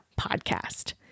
podcast